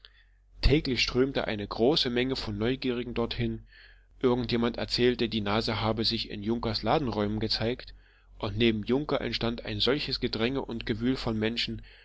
täglich strömte eine große menge von neugierigen dorthin irgend jemand erzählte die nase habe sich in junkers ladenräumen gezeigt und neben junker entstand ein solches gedränge und gewühl von menschen